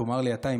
תאמר לי אתה,